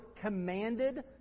commanded